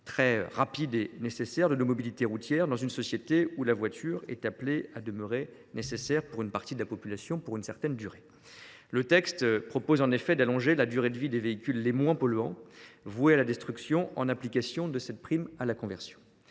très rapide et nécessaire de nos mobilités routières, dans une société où la voiture est appelée à rester inévitable pour une partie de la population, au moins pour une certaine durée. Le texte prévoit en effet d’allonger la durée de vie des véhicules les moins polluants voués à la destruction, en application de la prime à la conversion.